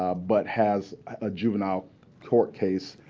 ah but has a juvenile court case.